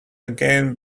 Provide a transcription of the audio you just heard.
again